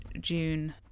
june